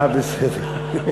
אה, בסדר.